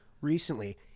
Recently